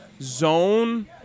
zone